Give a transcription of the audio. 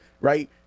right